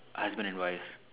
are husband and wives